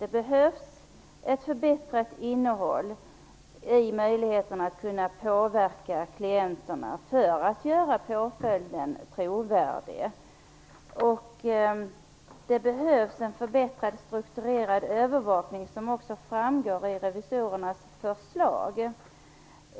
Det behövs ett förbättrat innehåll beträffande möjligheterna att påverka klienterna för att påföljden skall vara trovärdig. Det behövs också en förbättrad strukturerad övervakning, vilket även framgår av revisorernas förslag.